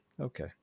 Okay